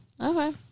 Okay